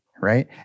right